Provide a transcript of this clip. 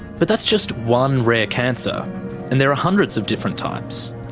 but that's just one rare cancer and there are hundreds of different types.